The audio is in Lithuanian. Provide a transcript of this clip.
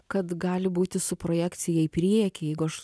kad gali būti su projekcija į priekį jeigu aš